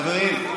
חברים,